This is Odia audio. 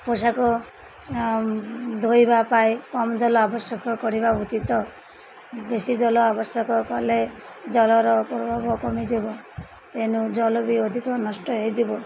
ପୋଷାକ ଧୋଇବା ପାଇଁ କମ୍ ଜଲ ଆବଶ୍ୟକ କରିବା ଉଚିତ୍ ବେଶୀ ଜଲ ଆବଶ୍ୟକ କଲେ ଜଲର ପର୍ଭବ କମିଯିବ ତେଣୁ ଜଲ ବି ଅଧିକ ନଷ୍ଟ ହୋଇଯିବ